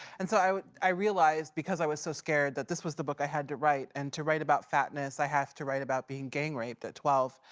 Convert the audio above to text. and so, i i realized because i was so scared that this was the book i had to write. and to write about fatness, i have to write about being gang raped at twelve.